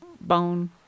bone